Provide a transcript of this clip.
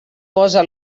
posa